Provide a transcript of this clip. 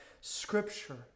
Scripture